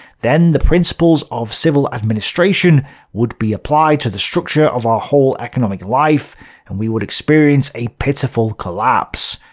then the principles of civil administration would be applied to the structure of our whole economic life and we would experience a pitiful collapse.